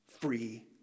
free